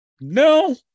no